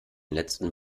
letzten